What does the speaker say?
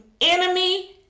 enemy